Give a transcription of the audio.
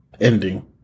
Ending